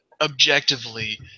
objectively